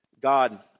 God